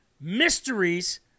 mysteries